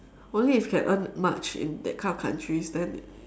only if you can earn much in that kind of countries then